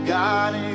God